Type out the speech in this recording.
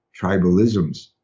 tribalisms